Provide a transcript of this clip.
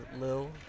Lil